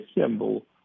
symbol